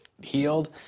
healed